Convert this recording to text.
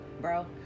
Bro